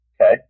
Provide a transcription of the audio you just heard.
okay